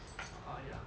ah ya